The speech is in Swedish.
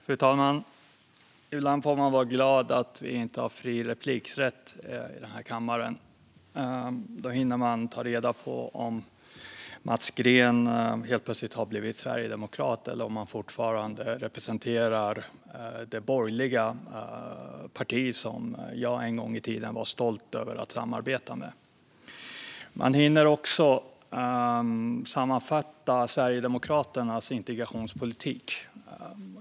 Fru talman! Ibland får man vara glad att vi inte har fri replikrätt här i kammaren. Då hinner man ta reda på om Mats Green helt plötsligt har blivit sverigedemokrat eller om han fortfarande representerar det borgerliga parti som jag en gång i tiden var stolt över att samarbeta med. Man hinner också sammanfatta Sverigedemokraternas integrationspolitik.